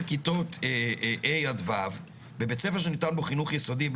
כיתותה ה' עד ו' בבית ספר שניתן בו חינוך יסודי....